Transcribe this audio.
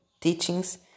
teachings